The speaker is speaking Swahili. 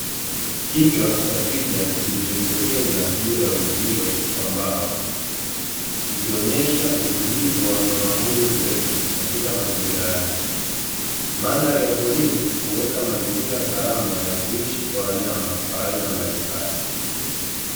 Kichwa cha twiga kilichojitokea juu ya uzio wa mbao, kikionyesha utulivu wa mnyama huyu mrefu katika mazingira yake, mandhari ya porini huweka mazingira salama ya kuishi kwa wanyama wa aina mbalimbali.